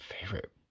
favorite